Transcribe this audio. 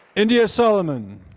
india solomon.